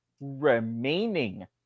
remaining